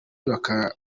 bakaba